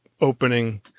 opening